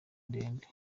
ndende